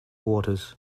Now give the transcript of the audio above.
waters